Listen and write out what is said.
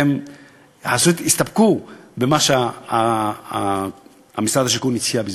הסתפקו במה שמשרד השיכון הציע בזמנו.